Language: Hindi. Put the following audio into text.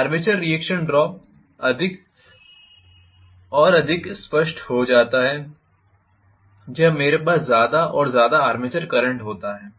आर्मेचर रिएक्शन ड्रॉप अधिक और अधिक स्पष्ट हो जाता है जब मेरे पास ज़्यादा और ज़्यादा आर्मेचर करंट होता है